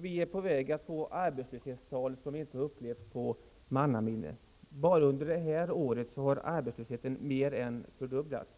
Vi är på väg att få arbetslöshetstal som vi inte har upplevt i mannaminne. Bara under det här året har arbetslösheten mer än fördubblats.